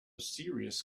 serious